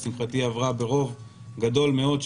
עברה ברוב גדול מאוד,